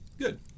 good